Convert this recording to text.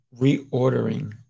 reordering